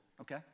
okay